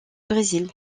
brésil